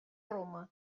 roma